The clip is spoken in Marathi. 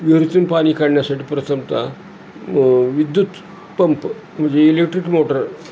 विहिरीतून पाणी काढण्यासाठी प्रथमत विद्युत पंप म्हणजे इलेक्ट्रिक मोटर